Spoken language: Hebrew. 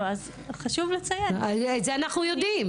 את זה אנחנו יודעים.